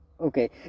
Okay